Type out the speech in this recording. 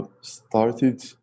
started